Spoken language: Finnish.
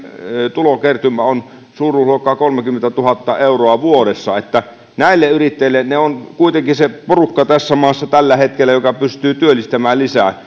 tulokertymä on suuruusluokkaa kolmekymmentätuhatta euroa vuodessa että näille yrittäjille jotka ovat kuitenkin se porukka tässä maassa tällä hetkellä joka pystyy työllistämään lisää